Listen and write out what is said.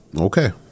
Okay